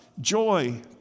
joy